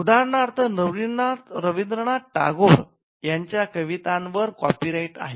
उदाहरणार्थ रवींद्रनाथ टागोर यांच्या कवितांवर कॉपीराइट आहे